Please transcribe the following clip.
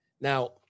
Now